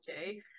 okay